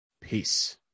Peace